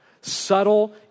Subtle